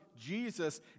Jesus